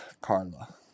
Carla